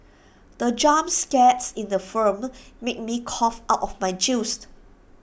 the jump scare in the film made me cough out of my juice